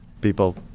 people